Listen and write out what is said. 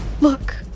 look